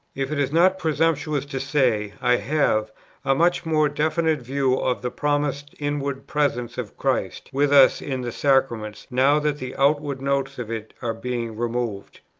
if it is not presumptuous to say, i have. a much more definite view of the promised inward presence of christ with us in the sacraments now that the outward notes of it are being removed.